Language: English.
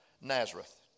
Nazareth